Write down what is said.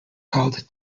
called